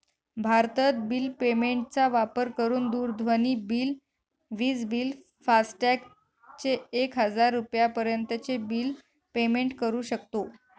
भारतत bill payment चा वापर करून दूरध्वनी बिल, विज बिल, फास्टॅग चे एक हजार रुपयापर्यंत चे बिल पेमेंट करू शकतो